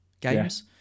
games